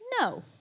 No